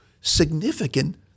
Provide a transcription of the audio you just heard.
significant